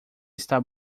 está